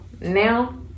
now